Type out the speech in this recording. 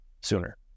sooner